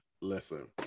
listen